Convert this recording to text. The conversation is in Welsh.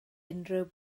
unrhyw